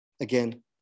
Again